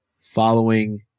following